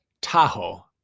Tahoe